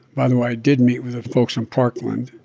by the way, i did meet with the folks in parkland,